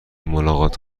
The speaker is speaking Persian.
ملاقات